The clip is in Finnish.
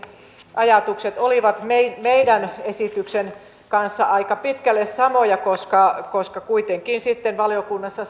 ajatukset olivat meidän meidän esityksemme kanssa aika pitkälle samoja koska koska kuitenkin sitten valiokunnassa